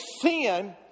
sin